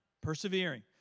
Persevering